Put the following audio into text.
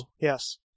Yes